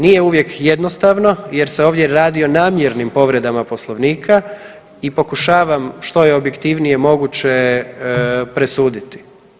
Nije uvijek jednostavno jer se ovdje radi o namjernim povredama poslovnika i pokušavam što je objektivnije moguće presuditi.